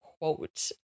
quote